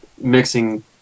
mixing